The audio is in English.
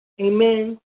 Amen